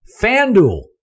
FanDuel